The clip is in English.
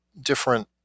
different